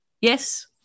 Yes